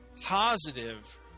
positive